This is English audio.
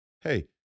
Hey